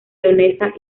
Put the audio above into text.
leonesa